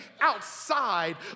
outside